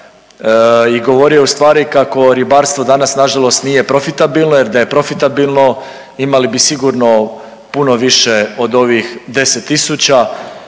i govorio u stvari kako ribarstvo danas nažalost nije profitabilno jer da je profitabilno imali bi sigurno puno više od ovih 10.000